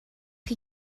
chi